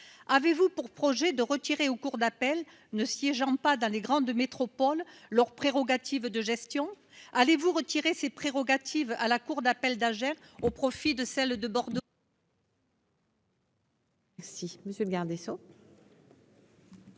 avez-vous pour projet de retirer au cours d'appel ne siégeant pas dans les grandes métropoles leurs prérogatives de gestion allez-vous retirer ses prérogatives à la cour d'appel d'Agen au profit de celle de Bordeaux.